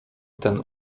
ten